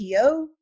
PO